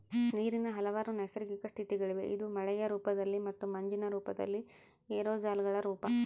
ನೀರಿನ ಹಲವಾರು ನೈಸರ್ಗಿಕ ಸ್ಥಿತಿಗಳಿವೆ ಇದು ಮಳೆಯ ರೂಪದಲ್ಲಿ ಮತ್ತು ಮಂಜಿನ ರೂಪದಲ್ಲಿ ಏರೋಸಾಲ್ಗಳ ರೂಪ